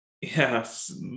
Yes